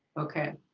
okay.